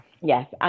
Yes